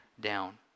down